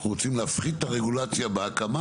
אנחנו רוצים להפחית את הרגולציה בהקמה